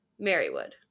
Marywood